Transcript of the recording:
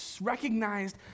recognized